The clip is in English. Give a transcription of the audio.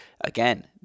again—